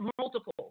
multiple